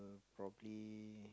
probably